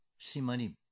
simanim